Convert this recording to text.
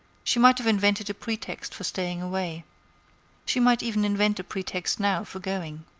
she might have invented a pretext for staying away she might even invent a pretext now for going.